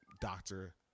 Doctor